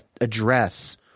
address